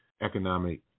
economic